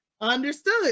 understood